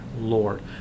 Lord